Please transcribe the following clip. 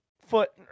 foot